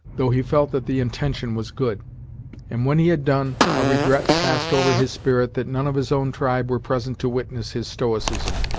though he felt that the intention was good and when he had done, a regret passed over his spirit that none of his own tribe were present to witness his stoicism,